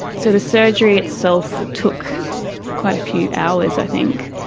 so the surgery itself took quite a few hours i think,